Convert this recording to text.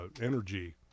energy